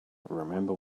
remember